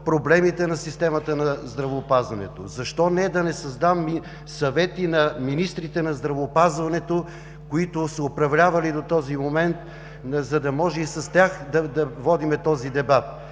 проблемите на системата на здравеопазването. Защо да не създам и съвети на министрите на здравеопазването, които са управлявали до момента, за да може и с тях да водим този дебат?